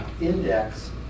index